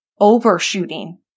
overshooting